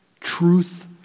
truth